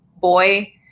boy